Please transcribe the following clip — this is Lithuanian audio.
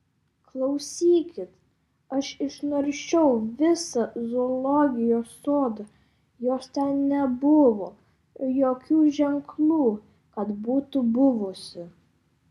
klausykit aš išnaršiau visą zoologijos sodą jos ten nebuvo ir jokių ženklų kad būtų buvusi